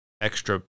extra